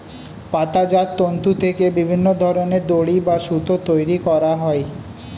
পাতাজাত তন্তু থেকে বিভিন্ন ধরনের দড়ি বা সুতো তৈরি করা হয়